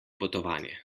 potovanje